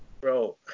bro